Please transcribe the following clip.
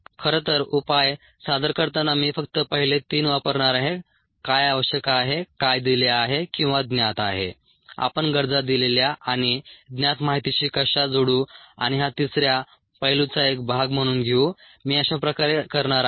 खरं तर उपाय सादर करताना मी फक्त पहिले 3 वापरणार आहे काय आवश्यक आहे काय दिले आहे किंवा ज्ञात आहे आपण गरजा दिलेल्या आणि ज्ञात माहितीशी कशा जोडू आणि हा तिसऱ्या पैलूचा एक भाग म्हणून घेऊ मी अशाप्रकारे करणार आहे